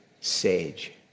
sage